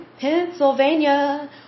Pennsylvania